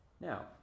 Now